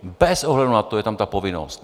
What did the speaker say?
Bez ohledu na to je tam ta povinnost.